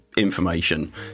information